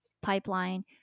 pipeline